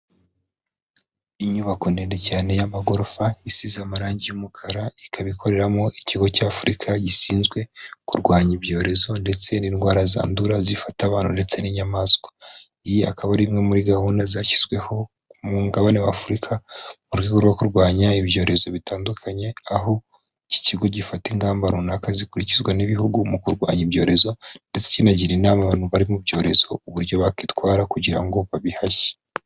Inyubako ndende cyane y'amagorofa isize amarangi y'umukara ikaba ikoreramo ikigo cy' Afurika gishinzwe kurwanya ibyorezo ndetse n'indwara zandura zifata abantu ndetse n'inyamaswa. Iyi akaba ari imwe muri gahunda zashyizweho ku mugabane w'Afurika mu rwego rwo kurwanya ibyorezo bitandukanye aho iki kigo gifata ingamba runaka zikurikizwa n'ibihugu mu kurwanya ibyorezo ndetse kinagira inama abantu bari mu byorezo uburyo bakwitwara kugira ngo babihashye.